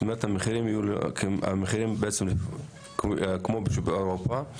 המחירים יהיו כמו בשוק אירופה,